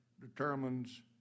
determines